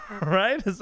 Right